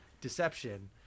deception